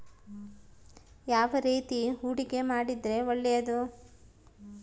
ಯಾವ ರೇತಿ ಹೂಡಿಕೆ ಮಾಡಿದ್ರೆ ಒಳ್ಳೆಯದು?